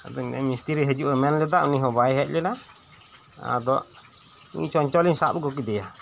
ᱟᱫᱚ ᱢᱤᱥᱛᱤᱨᱤ ᱦᱤᱡᱩᱜ ᱮ ᱢᱮᱱᱞᱮᱫᱟ ᱩᱱᱤᱦᱚ ᱵᱟᱭ ᱦᱮᱡᱞᱮᱱᱟ ᱟᱫᱚ ᱩᱱᱤ ᱪᱚᱧᱪᱚᱞᱚᱧ ᱥᱟᱵ ᱟᱹᱜᱩ ᱠᱤᱫᱤᱭᱟ